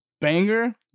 Banger